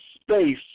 space